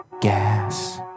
gas